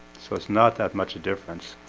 so it's not that much a difference.